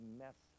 mess